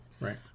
Right